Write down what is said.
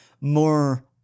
more